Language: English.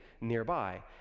nearby